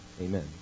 amen